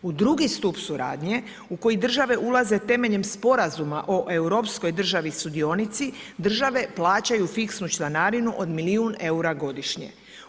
U drugi stup suradnje u koji države ulaze temeljem Sporazuma o europskoj državi sudionici države plaćaju fiksnu članarinu od milijun eura godišnje.